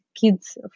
kids